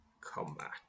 combat